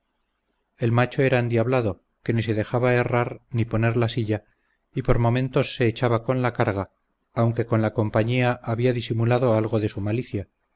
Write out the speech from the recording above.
el macho era endiablado que ni se dejaba herrar ni poner la silla y por momentos se echaba con la carga aunque con la compañía había disimulado algo de su malicia